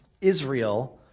Israel